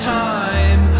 time